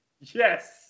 yes